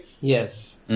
yes